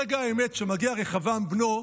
ברגע האמת, כשמגיע רחבעם בנו,